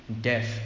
Death